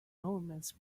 enormous